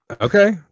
Okay